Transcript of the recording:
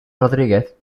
rodríguez